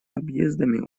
объездами